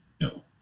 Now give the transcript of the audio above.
No